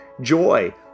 joy